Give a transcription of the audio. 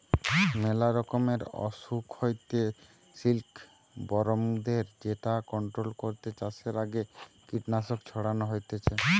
মেলা রকমের অসুখ হইতে সিল্কবরমদের যেটা কন্ট্রোল করতে চাষের আগে কীটনাশক ছড়ানো হতিছে